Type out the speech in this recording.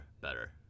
better